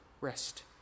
rest